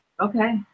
Okay